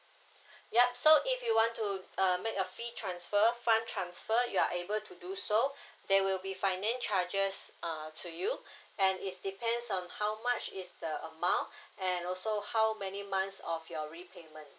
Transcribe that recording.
yup so if you want to uh make your fee transfer fund transfer you are able to do so there will be finance charges uh to you and is depends on the how much is the amount and also how many months of your repayment